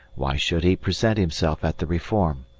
why should he present himself at the reform?